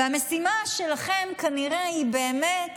והמשימה שלכם היא כנראה באמת